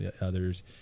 others